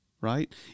Right